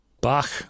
Bach